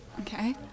Okay